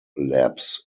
labs